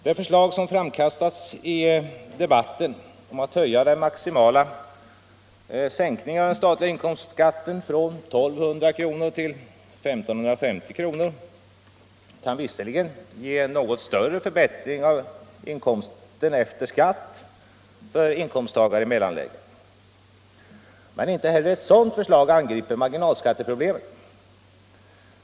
Det förslag som framkastats i debatten om att höja den maximala sänkningen av den statliga inkomstskatten från 1 200 till 1 550 kr. kan visserligen ge en något större förbättring av inkomsten efter skatt för inkomsttagare i mellanlägen. Men inte heller ett sådant förslag angriper marginalskatteproblemet.